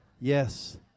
Yes